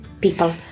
people